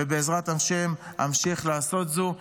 ובעזרת השם אמשיך לעשות זאת.